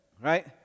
Right